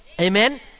Amen